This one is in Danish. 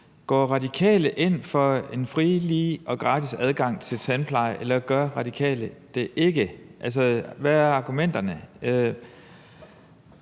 Går Radikale ind for den frie, lige og gratis adgang til tandpleje, eller gør Radikale det ikke? Altså, hvad er argumenterne?